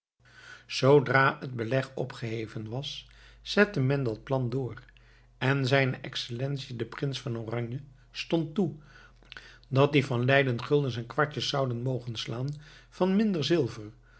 zoodra het beleg opgeheven was zette men dat plan door en zijne excellentie de prins van oranje stond toe dat die van leiden guldens en kwartjes zouden mogen slaan van minder zilver